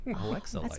Alexa